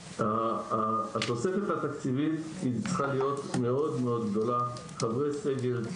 התוספת התקציבית צריכה להיות מאוד גדולה: חברי סגל,